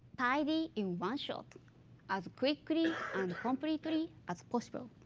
tidy in one shot as quickly and completely as possible.